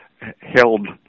held